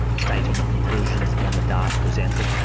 stating conclusions beyond the data presented,